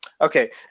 okay